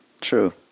True